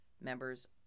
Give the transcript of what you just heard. members